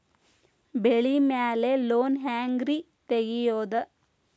ಬೆಳಿ ಮ್ಯಾಲೆ ಲೋನ್ ಹ್ಯಾಂಗ್ ರಿ ತೆಗಿಯೋದ?